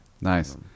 Nice